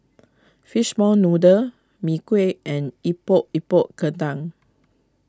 Fishball Noodle Mee Kuah and Epok Epok Kentang